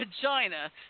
vagina